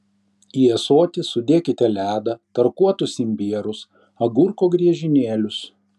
į ąsotį sudėkite ledą tarkuotus imbierus agurko griežinėlius